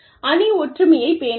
அணி ஒற்றுமையைப் பேணுங்கள்